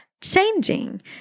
changing